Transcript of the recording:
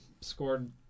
Scored